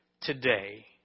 today